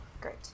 Great